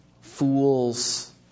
fools